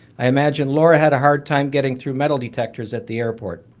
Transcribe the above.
i imagine laura had a hard time getting through metal detectors at the airport.